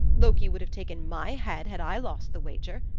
loki would have taken my head had i lost the wager.